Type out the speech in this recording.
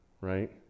Right